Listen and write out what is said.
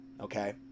okay